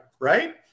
right